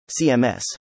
CMS